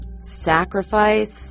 Sacrifice